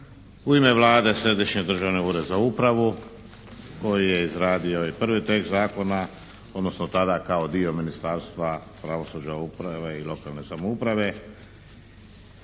U ime Vlade Središnji državni ured za upravu koji je izradio i prvi tekst zakona, odnosno tada kao dio Ministarstva pravosuđa, uprave i lokalne samouprave